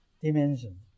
dimension